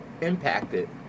impacted